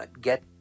get